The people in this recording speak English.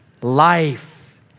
life